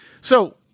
So-